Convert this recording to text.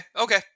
okay